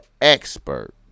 expert